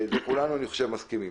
כולנו, אני חושב, מסכימים.